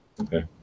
Okay